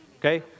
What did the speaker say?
Okay